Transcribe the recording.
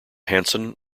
hanson